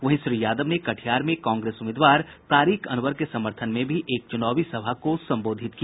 वहीं श्री यादव ने कटिहार में कांग्रेस उम्मीदवार तारिक अनवर के समर्थन में भी एक चुनावी सभा को संबोधित किया